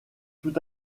tout